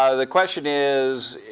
ah the question is,